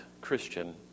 Christian